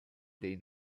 dei